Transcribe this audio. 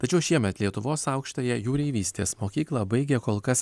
tačiau šiemet lietuvos aukštąją jūreivystės mokyklą baigė kol kas